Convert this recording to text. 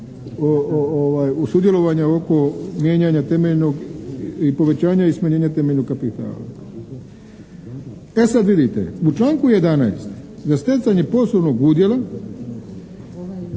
u sudjelovanju oko mijenjanja temeljnog i povećanja i smanjenja temeljnog kapitala. E sad vidite. U članku 11. za stjecanje poslovnog udjela